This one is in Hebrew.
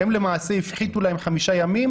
למעשה הפחיתו להם חמישה ימים?